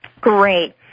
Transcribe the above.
Great